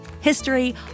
history